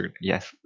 yes